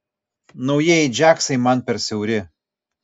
naujieji džiaksai man per siauri